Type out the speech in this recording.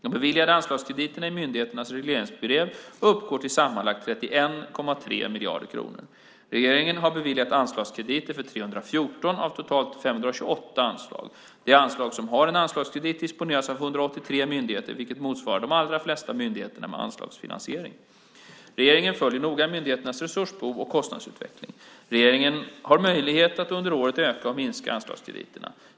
De beviljade anslagskrediterna i myndigheternas regleringsbrev uppgår till sammanlagt 31,3 miljarder kronor. Regeringen har beviljat anslagskrediter för 314 av totalt 528 anslag. De anslag som har en anslagskredit disponeras av 183 myndigheter, vilket motsvarar de allra flesta myndigheter med anslagsfinansiering. Regeringen följer noga myndigheternas resursbehov och kostnadsutveckling. Regeringen har möjlighet att under året öka eller minska anslagskrediterna.